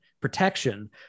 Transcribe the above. protection